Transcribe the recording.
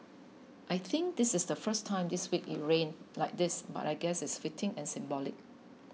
I think this is the first time this week it rained like this but I guess it's fitting and symbolic